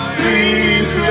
please